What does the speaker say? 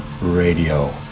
radio